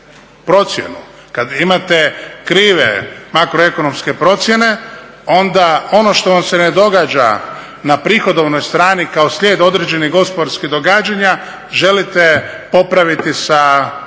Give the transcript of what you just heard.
kad imate krive makroekonomske procjene onda ono što vam se ne događa na prihodovnoj strani kao slijed određenih gospodarskih događanja želite popraviti sa